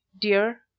dear